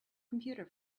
computer